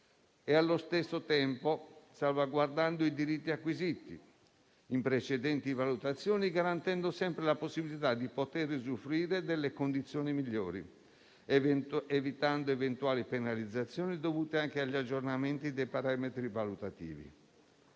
e, allo stesso tempo, salvaguardando i diritti acquisiti in precedenti valutazioni, garantendo sempre la possibilità di poter usufruire delle condizioni migliori ed evitando eventuali penalizzazioni dovute anche agli aggiornamenti dei parametri valutativi.